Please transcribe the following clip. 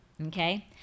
okay